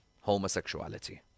homosexuality